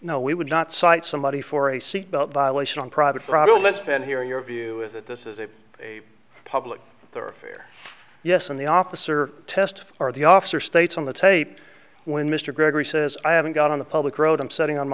no we would not cite somebody for a seatbelt violation on private problem it's been here your view is that this is a public thoroughfare yes and the officer test or the officer states on the tape when mr gregory says i haven't got on the public road i'm sitting on my